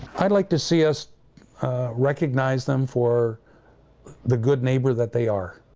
i'd like to see us recognize them for the good neighbor that they are.